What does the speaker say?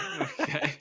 okay